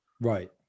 Right